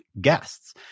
guests